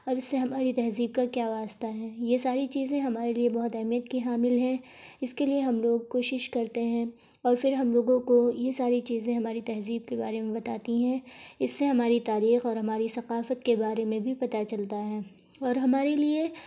اور اس سے ہماری تہذیب کا کیا واسطہ ہے یہ ساری چیزیں ہمارے لیے بہت اہمیت کی حامل ہیں اس کے لیے ہم لوگ کوشش کرتے ہیں اور پھر ہم لوگوں کو یہ ساری چیزیں ہماری تہذیب کے بارے میں بتاتی ہیں اس سے ہماری تاریخ اور ہماری ثقافت کے بارے میں بھی پتہ چلتا ہے اور ہمارے لیے